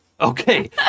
Okay